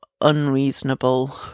unreasonable